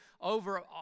over